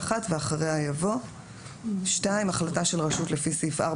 (1) ואחריה יבוא: "(2) החלטה של רשות לפי סעיף 4